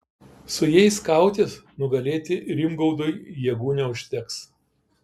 su jais kautis nugalėti rimgaudui jėgų užteks